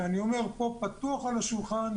שאני אומר פה פתוח על השולחן,